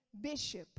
bishop